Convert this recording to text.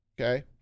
Okay